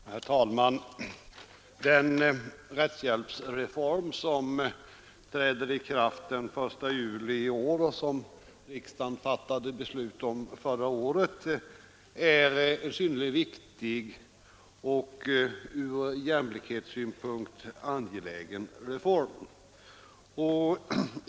Herr talman! Den rättshjälpsreform som träder i kraft den 1 juli i år och som riksdagen fattade beslut om förra året är en synnerligen viktig och ur jämlikhetssynpunkt angelägen reform.